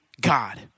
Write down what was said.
God